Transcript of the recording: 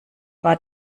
war